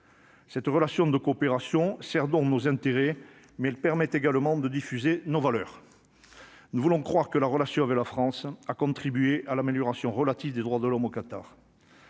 Cette relation de coopération sert dont nos intérêts mais le permet également de diffuser nos valeurs. Nous voulons croire que la relation de la France à contribuer à l'amélioration relative des droits de l'homme au Qatar.